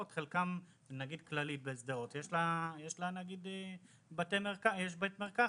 נגיד הכללית בשדרות, יש שם בית מרקחת,